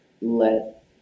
let